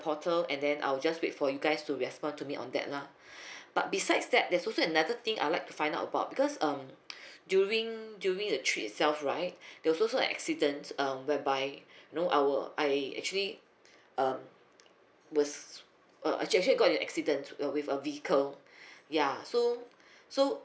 portal and then I'll just wait for you guys to respond to me on that lah but besides that there's also another thing I like find out about because um during during the trip itself right there also accident uh whereby you know I were I actually um was uh I actually got into a accident with a vehicle ya so so